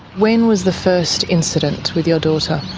when was the first incident with your daughter?